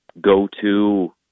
go-to